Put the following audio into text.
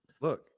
look